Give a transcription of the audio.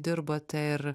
dirbote ir